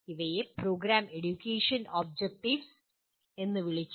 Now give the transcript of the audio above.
ഇവയെ programme educational objectives എന്ന് വിളിക്കുന്നു